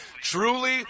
truly